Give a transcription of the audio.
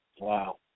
Wow